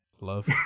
love